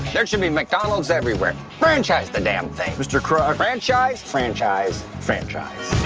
there should be mcdonald's everywhere. franchise the damn thing! mr kroc. franchise. franchise. franchise!